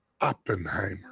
Oppenheimer